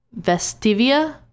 Vestivia